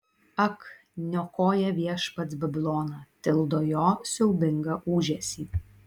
ak niokoja viešpats babiloną tildo jo siaubingą ūžesį